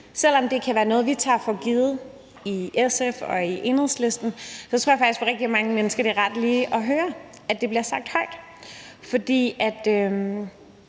selv om det kan være noget, vi tager for givet i SF og i Enhedslisten – at det for rigtig mange mennesker kan være rart lige at høre, at det bliver sagt højt. For jeg